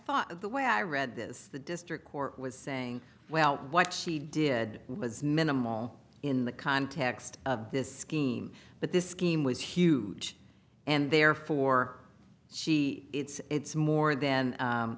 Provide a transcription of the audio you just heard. thought the way i read this the district court was saying well what she did was minimal in the context of this scheme but this scheme was huge and therefore she it's more than